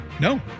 no